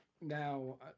now